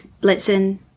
Blitzen